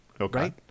Okay